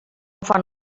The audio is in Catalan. fan